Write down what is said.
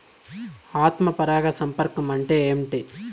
ఆత్మ పరాగ సంపర్కం అంటే ఏంటి?